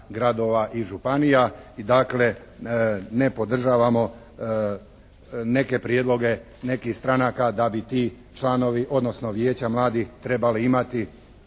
gradova i županija i dakle, ne podržavamo neke prijedloge nekih stranaka da bi ti članovi odnosno Vijeća mladih trebali imati